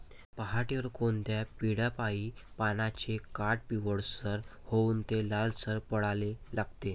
पऱ्हाटीवर कोनत्या किड्यापाई पानाचे काठं पिवळसर होऊन ते लालसर पडाले लागते?